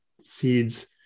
seeds